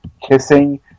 kissing